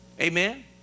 Amen